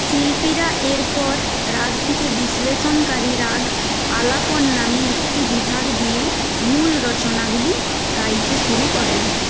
শিল্পীরা এরপর রাগটিকে বিশ্লেষণকারী রাগ আলাপন নামে একটি বিভাগ দিয়ে মূল রচনাগুলি গাইতে শুরু করেন